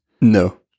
No